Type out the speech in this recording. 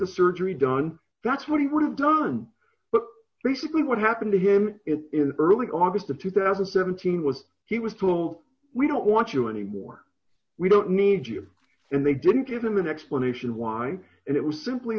the surgery done that's what he would have done but basically what happened to him in early august of two thousand and seventeen was he was told we don't want you anymore we don't need you and they didn't give him an explanation why it was simply